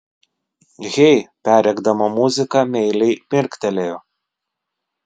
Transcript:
hei perrėkdama muziką meiliai mirktelėjo